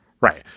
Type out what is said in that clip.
Right